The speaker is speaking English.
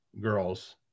girls